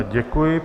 Děkuji.